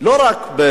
לא רק בפעימות,